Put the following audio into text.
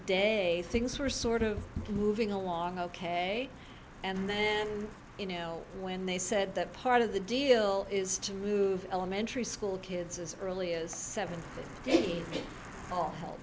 day things were sort of moving along ok and then you know when they said that part of the deal is to move elementary school kids as early as seven